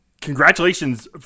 Congratulations